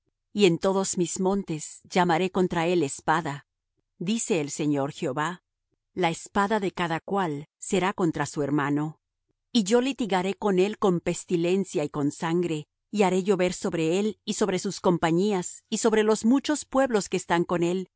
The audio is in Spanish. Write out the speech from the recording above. y en todos mis montes llamaré contra él espada dice el señor jehová la espada de cada cual será contra su hermano y yo litigaré con él con pestilencia y con sangre y haré llover sobre él y sobre sus compañías y sobre los muchos pueblos que están con él